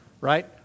right